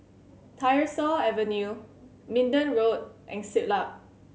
Tyersall Avenue Minden Road and Siglap